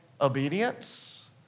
obedience